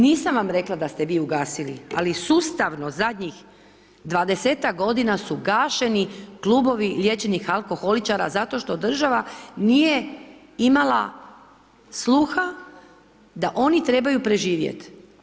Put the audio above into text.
Nisam vam rekla da ste vi ugasili ali sustavno zadnjih 20-ak godina su gašeni klubovi liječenih alkoholičara zato što država nije imala sluha da oni trebaju preživjeti.